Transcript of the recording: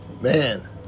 man